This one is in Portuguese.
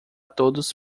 todos